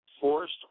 forced